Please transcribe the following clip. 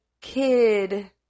kid